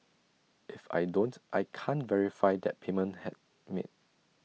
if I don't I can't verify that payment had made